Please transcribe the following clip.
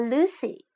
Lucy